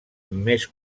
més